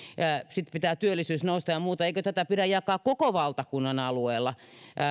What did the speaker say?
sitten pitää työllisyyden nousta ja ja muuta eikö tätä pidä jakaa koko valtakunnan alueella